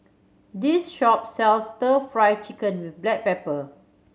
this shop sells Stir Fry Chicken with black pepper